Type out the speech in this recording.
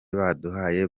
baduhaye